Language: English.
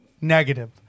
negative